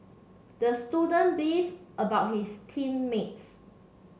the student beefed about his team mates